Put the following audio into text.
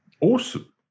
Awesome